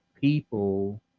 people